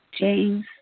James